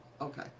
Okay